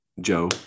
Joe